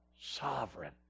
sovereign